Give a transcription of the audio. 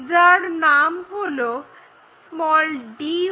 যার নাম হলো d1'